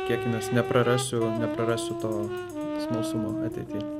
tikėkimės neprarasiu neprarasiu to smalsumo ateity